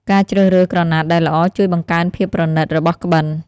ការជ្រើសរើសក្រណាត់ដែលល្អជួយបង្កើនភាពប្រណីតរបស់ក្បិន។